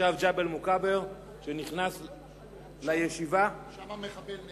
תושב ג'בל-מוכבר, שנכנס לישיבה, שם המחבל נהרג.